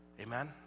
Amen